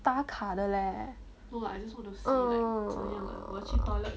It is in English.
打卡的 leh uh